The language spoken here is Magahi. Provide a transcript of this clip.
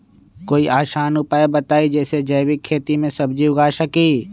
कोई आसान उपाय बताइ जे से जैविक खेती में सब्जी उगा सकीं?